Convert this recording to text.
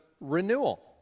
renewal